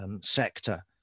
sector